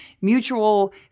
mutual